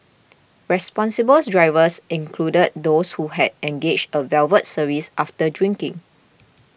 responsible drivers included those who had engaged a valet service after drinking